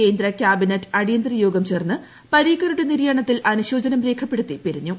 കേന്ദ്ര ക്യാബിനറ്റ് അടിയന്തര യോഗം ചേർന്ന് പരീക്കറുടെ നിര്യാണത്തിൽ അനുശോചനം രേഖപ്പെടുത്തി പിരിഞ്ഞു